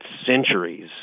centuries